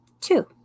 two